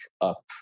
up